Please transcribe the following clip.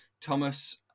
thomas